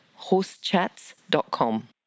horsechats.com